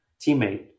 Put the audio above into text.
teammate